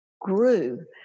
grew